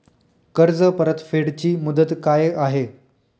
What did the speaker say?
कर्ज परतफेड ची मुदत काय आहे?